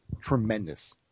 tremendous